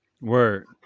Word